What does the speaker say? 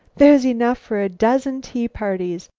there's enough for a dozen tea parties.